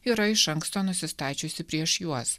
yra iš anksto nusistačiusi prieš juos